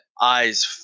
eyes